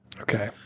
Okay